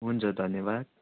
हुन्छ धन्यवाद